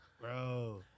Bro